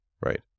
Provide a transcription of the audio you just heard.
right